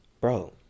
Bro